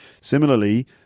Similarly